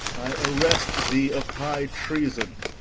i arrest thee of high treason,